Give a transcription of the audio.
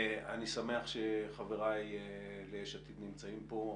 אני שמח שחבריי ליש עתיד יושבים פה,